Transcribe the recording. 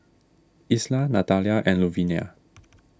Isla Natalia and Luvinia